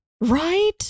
Right